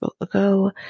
ago